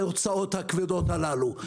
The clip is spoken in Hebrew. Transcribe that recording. בהוצאות הכבדות הללו.